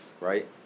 right